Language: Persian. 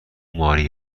ماری